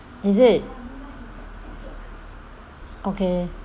is it okay